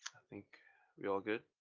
think we all good